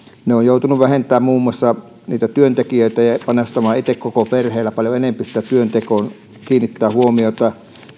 he ovat joutuneet vähentämään muun muassa niitä työntekijöitä ja panostamaan koko perhe itse paljon enempi siihen työntekoon ja kiinnittämään huomiota